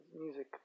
music